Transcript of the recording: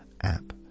app